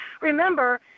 Remember